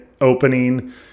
opening